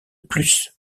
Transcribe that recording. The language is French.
plus